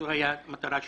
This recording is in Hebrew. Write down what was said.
זו הייתה המטרה שלנו.